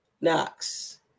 knox